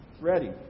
ready